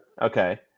Okay